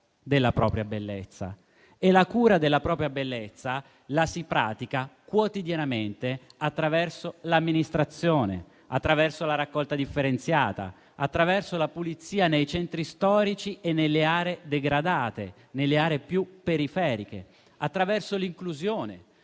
della propria bellezza. E la cura della propria bellezza la si pratica quotidianamente, attraverso l'amministrazione, attraverso la raccolta differenziata, attraverso la pulizia nei centri storici e nelle aree degradate e più periferiche, attraverso l'inclusione,